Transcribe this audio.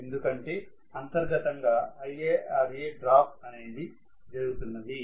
ఎందుకంటే అంతర్గతంగా IaRa drop అనేది జరుగుతున్నది